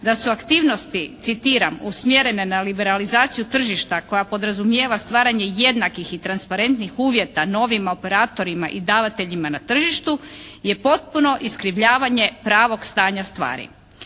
da su aktivnosti citiram “usmjerene na liberalizaciju tržišta koja podrazumijeva stvaranje jednakih i transparentnih uvjeta novim operatorima i davateljima na tržištu je potpuno iskrivljavanje pravog stanja stvari.